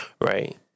right